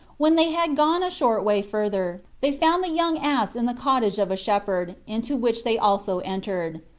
when they had gone a short way further they found the young ass in the cottage of a shepherd, into which they also entered.